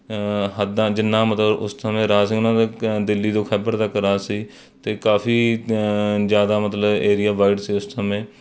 ਹੱਦਾਂ ਜਿੰਨਾ ਮਤਲਬ ਉਸ ਸਮੇਂ ਰਾਜ ਸੀ ਉਹਨਾਂ ਦੇ ਕ ਦਿੱਲੀ ਤੋਂ ਖੈਬਰ ਤੱਕ ਦਾ ਰਾਜ ਸੀ ਅਤੇ ਕਾਫੀ ਜ਼ਿਆਦਾ ਮਤਲਬ ਏਰੀਆ ਵਾਈਡ ਸੀ ਉਸ ਸਮੇਂ